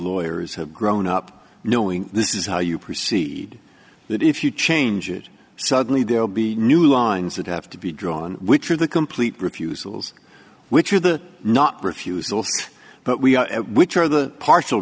lawyers have grown up knowing this is how you proceed that if you change it suddenly there will be new lines that have to be drawn which are the complete refusals which are the not refuse source but we are which are the partial